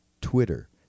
Twitter